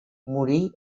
morí